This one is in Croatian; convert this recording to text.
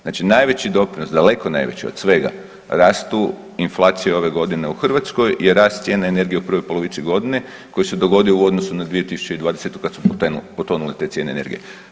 Znači najveći doprinos, daleko najveći od svega, rastu inflacije ove godine u Hrvatskoj i rast cijene energije u prvoj polovici godine koji se dogodio u odnosu na 2020. kad su potonule te cijene energije.